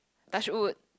touch wood